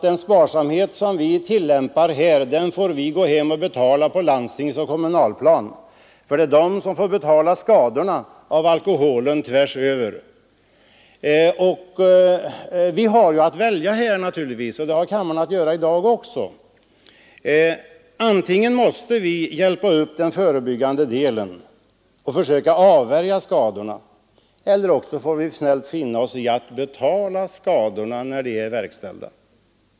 Den sparsamhet som vi tillämpar här får vi ju gå hem och betala för på landstingsoch kommunalplan. Det är där kostnaderna kommer för skadorna av alkoholen tvärsöver. Vi har naturligtvis att välja här, och det bör kammaren tänka på i dag. Antingen måste vi hjälpa upp den förebyggande delen och försöka avvärja skadorna eller också får vi snällt finna oss i att betala skadorna när de är uppkomna.